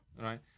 Right